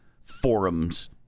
forums